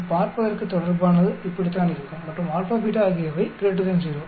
எனவே பார்ப்பதற்கு தொடர்பானது இப்படித்தான் இருக்கும் மற்றும் α β ஆகியவை 0